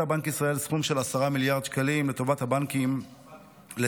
בנק ישראל סכום של 10 מיליארד שקלים לטובת הבנקים לצורך